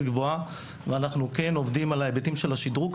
גבוהה ואנחנו כן עובדים על ההיבטים של השדרוג.